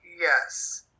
Yes